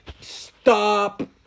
Stop